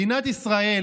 מדינת ישראל